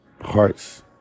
hearts